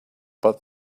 but